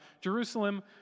Jerusalem